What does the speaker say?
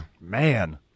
man